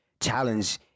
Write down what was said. challenge